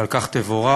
ועל כך תבורך.